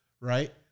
right